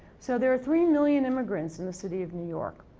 so, there are three million immigrants in the city of new york.